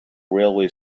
railway